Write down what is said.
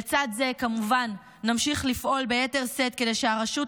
לצד זה כמובן נמשיך לפעול ביתר שאת כדי שהרשות